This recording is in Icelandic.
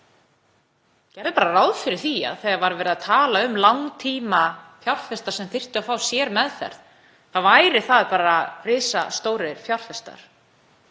gerðu ráð fyrir því að þegar verið var að tala um langtímafjárfesta sem þyrftu að fá sérmeðferð þá væru það bara risastórir fjárfestar.